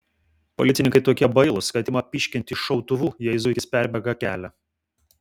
policininkai tokie bailūs kad ima pyškinti iš šautuvų jei zuikis perbėga kelią